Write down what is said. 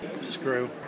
Screw